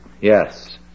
Yes